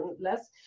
less